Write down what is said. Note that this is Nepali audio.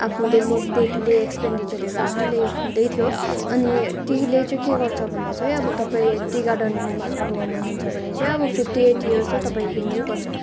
आफ्नो डेली डे टू डे एक्सपेन्डीचरहरू आरामले हुँदै थियो अनि टीले चाहिँ के गर्छ भन्दा चाहिँ अब तपाईँ टी गार्डनमा काम गर्नु हुन्छ भने चाहिँ अब फिफ्टी एट इयर चाहिँ तपाईँ हिँड्नै पर्छ